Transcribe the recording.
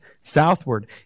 southward